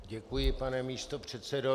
Děkuji, pane místopředsedo.